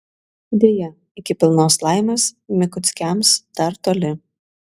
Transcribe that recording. deja iki pilnos laimės mikuckiams dar toli